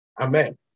Amen